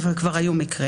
ירושלים, אבל כבר היו מקרים